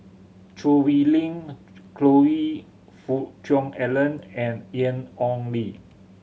Choo Hwee Lim Choe Fook Cheong Alan and Ian Ong Li